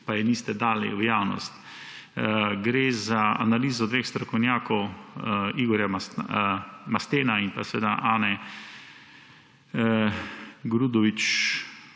pa je niste dali v javnost. Gre za analizo dveh strokovnjakov, Igorja Mastena in Ane Grdović